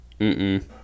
-mm